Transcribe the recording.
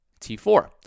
T4